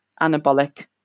anabolic